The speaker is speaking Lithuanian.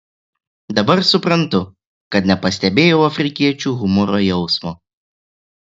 dabar suprantu kad nepastebėjau afrikiečių humoro jausmo